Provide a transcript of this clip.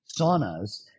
saunas